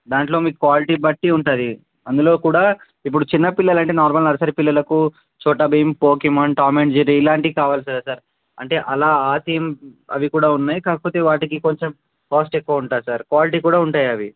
దాంట్లో మీకు క్యాలిటీ బట్టి ఉంటుంది అందులో కూడా ఇప్పుడు చిన్నపిల్లలు అంటే నార్మల్ నర్సరీ పిల్లలకు Chhota Bheem Pokemon Tom and Jerry ఇలాంటివి కావాలి సార్ సార్ అంటే అలా ఆ థీమ్ అవి కూడా ఉన్నాయి కాకపోతే వాటికి కొంచెం కాస్ట్ ఎక్కువ ఉంటుంది సార్ క్వాలిటీ కూడా ఉంటాయి అవి